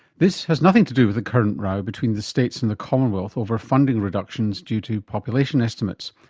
this has nothing to do with the current row between the states and the commonwealth over funding reductions due to population estimates.